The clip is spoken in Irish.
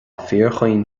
fíorchaoin